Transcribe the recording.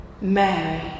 Mary